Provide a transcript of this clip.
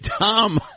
Tom